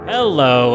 Hello